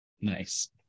Nice